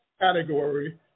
category